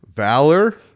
Valor